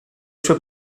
sue